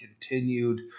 continued